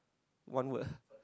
one word